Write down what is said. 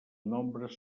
nombres